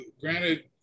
granted